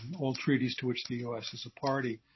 all treaties to which the us is a party.